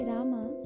Rama